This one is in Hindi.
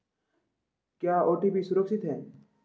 क्या ओ.टी.पी सुरक्षित है?